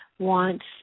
wants